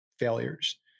failures